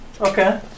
Okay